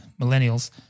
millennials